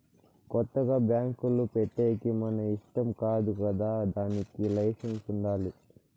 కొత్తగా బ్యాంకులు పెట్టేకి మన ఇష్టం కాదు కదా దానికి లైసెన్స్ ఉండాలి